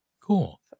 Cool